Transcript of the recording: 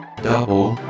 Double